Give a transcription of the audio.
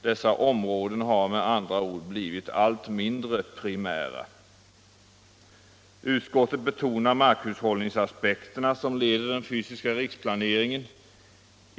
Dessa områden har med andra ord blivit allt mindre primära. Utskottet betonar markhushållningsaspekterna som leder den fysiska riksplaneringen.